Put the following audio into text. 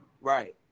Right